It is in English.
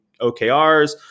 OKRs